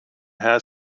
herrn